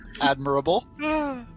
Admirable